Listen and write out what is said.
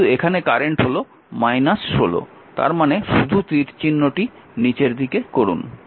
কিন্তু এখানে কারেন্ট হল 16 তার মানে শুধু তীরচিহ্নটি নীচের দিকে করুন